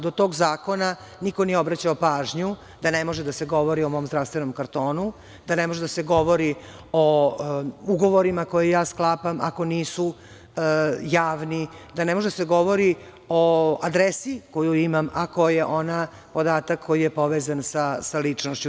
Do tog zakona niko nije obraćao pažnju da ne može da se govori o mom zdravstvenom kartonu, da ne može da se govori o ugovorima koje ja sklapam, ako nisu javni, da ne može da se govori o adresi koju imam ako je ona podatak koji je povezan za ličnošću.